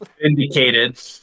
Indicated